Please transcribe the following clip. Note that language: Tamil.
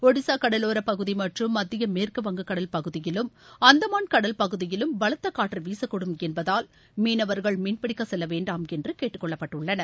ஒடிசா கடலோர பகுதி மற்றம் மத்திய மேற்கு வங்கக்கடல் பகுதியிலும் அந்தமான் கடல்பகுதியிலும் பலத்த காற்று வீசக்கூடும் என்பதால் மீனவர்கள் மீன்பிடிக்க செல்லவேண்டாம் என்று கேட்டுக்கொள்ளப்பட்டுள்ளனர்